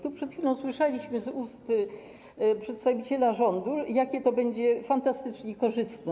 Tu przed chwilą słyszeliśmy z ust przedstawiciela rządu, jakie to będzie fantastycznie korzystne.